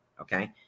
Okay